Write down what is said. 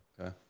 Okay